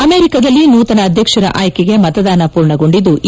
ಅಮೆರಿಕಾದಲ್ಲಿ ನೂತನ ಅಧ್ಯಕ್ಷರ ಆಯ್ಲೆಗೆ ಮತದಾನ ಪೂರ್ಣಗೊಂಡಿದ್ಲು